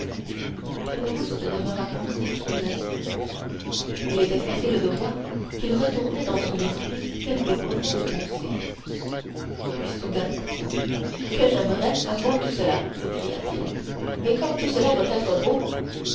demeura pensif un instant il était facile de voir qu'il retournait dans son esprit quelque profonde pensée puis soudain que j'aimerais à voir tout cela s'écria-t-il et comme tout cela doit être beau